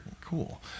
cool